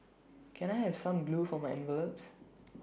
can I have some glue for my envelopes